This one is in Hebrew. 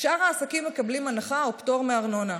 שאר העסקים מקבלים הנחה או פטור מארנונה,